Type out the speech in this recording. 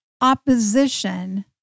opposition